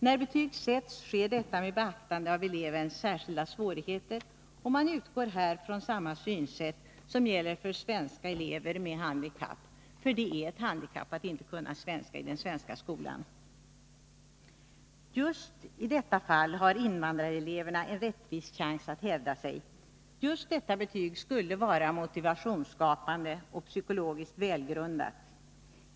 När betyg sätts, sker det med beaktande av elevens särskilda svårigheter, och man utgår här från samma synsätt som gäller för svenska elever med handikapp — för det är ett handikapp att inte kunna svenska i den svenska skolan. Just i detta fall har invandrareleverna en rättvis chans att hävda sig. Just detta betyg skulle vara motivationsskapande och psykologiskt välgrundat.